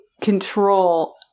control